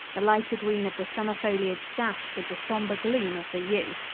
the lighter green of the summer foliage dashed with the somber gloom of the yew.